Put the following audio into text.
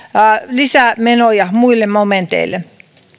lisämenoja muille momenteille